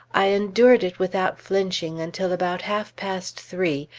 i endured it without flinching until about half-past three,